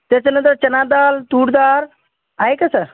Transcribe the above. त्याच्यानंतर चणाडाळ तूरडाळ आहे का सर